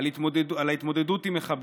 על ההתמודדות עם מחבלים,